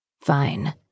Fine